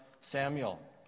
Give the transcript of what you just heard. Samuel